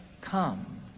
come